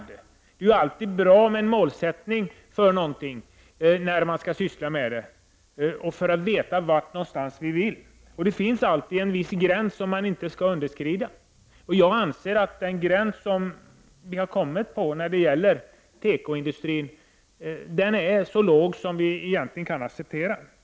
Det är alltid bra med en målsättning för en verksamhet, för att man skall veta vart man vill gå. Det finns alltid en viss nivå som inte skall underskridas, och jag anser att den nivå som tekoindustrin har kommit till är den lägsta som kan accepteras.